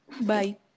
bye